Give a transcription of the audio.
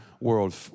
world